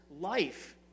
life